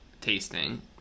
tasting